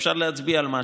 אפשר להצביע על משהו,